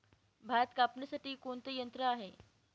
भात कापणीसाठी कोणते यंत्र आहे?